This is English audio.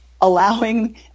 allowing